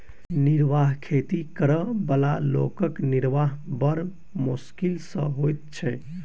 निर्वाह खेती करअ बला लोकक निर्वाह बड़ मोश्किल सॅ होइत छै